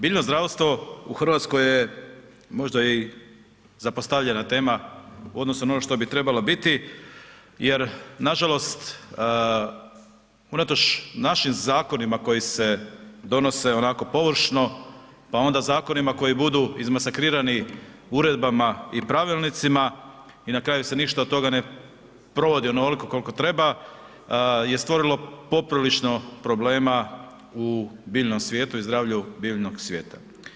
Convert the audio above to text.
Biljno zdravstvo u Hrvatskoj je možda i zapostavljena tema u odnosu na ono što bi trebalo biti jer nažalost unatoč našim zakonima koji se donose onako površno pa onda zakonima koji budu izmasakrirani uredbama i pravilnicima i na kraju se ništa od toga ne provodi onoliko koliko treba je stvorilo poprilično problema u biljnom svijetu i zdravlju biljnog svijeta.